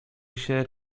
się